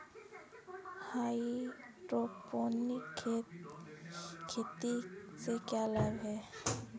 Hydroponic खेती से क्या लाभ हैं?